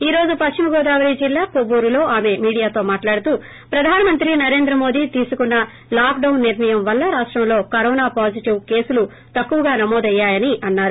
ఈ రోజు పశ్చిమ గోదావరి జిల్లా కొవ్వూరులో తమె మీడియాతో మాట్లాడుతూ ప్రధాన మంత్రి నరేంద్ర మోదీ తీసుకున్నలాక్డాస్ నిర్ణయం వలన రాష్టంలో కరోనా పాజిటివ్ కేసులు తక్కువ నమోదు అయ్యాయని అన్నారు